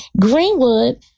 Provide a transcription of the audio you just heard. Greenwood